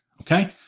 Okay